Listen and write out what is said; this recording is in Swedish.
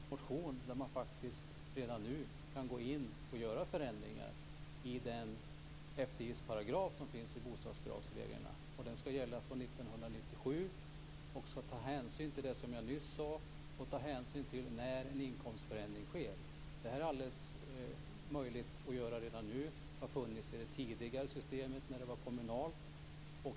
Fru talman! Vänsterpartiet har lagt en motion där man faktiskt redan nu kan gå in och göra förändringar i den eftergiftsparagraf som finns i bostadsbidragsreglerna. Den skall gälla från 1997. Den skall ta hänsyn till det som jag nyss sade, och den skall ta hänsyn till när en inkomstförändring sker. Detta är möjligt att göra redan nu. Det har funnits i det tidigare systemet, när det var kommunalt.